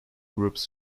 groups